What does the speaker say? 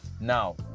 Now